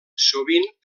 sovint